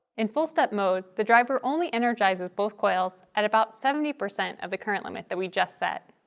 in full-step mode, the driver only energizes both coils at about seventy percent of the current limit that we just set.